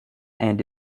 and